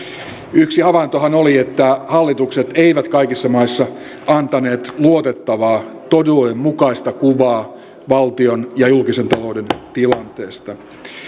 yksi havaintohan oli että hallitukset eivät kaikissa maissa antaneet luotettavaa totuudenmukaista kuvaa valtion ja julkisen talouden tilanteesta